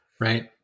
right